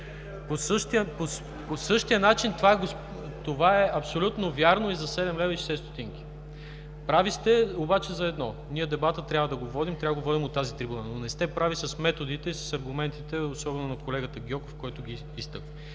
По същия начин, това е абсолютно вярно – и за 7.60 лв. Прави сте, обаче за едно – дебата трябва да го водим от тази трибуна, но не сте прави с методите и с аргументите, особено на колегата Гьоков, който ги изтъкна.